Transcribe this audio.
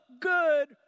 good